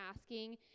asking